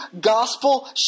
gospel